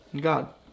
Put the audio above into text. God